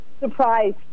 surprise